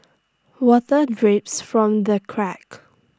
water drips from the cracks